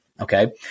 okay